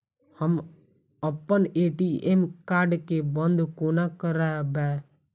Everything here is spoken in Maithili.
हम अप्पन ए.टी.एम कार्ड केँ बंद कोना करेबै?